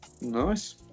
Nice